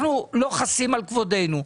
אנחנו לא חסים על כבודנו,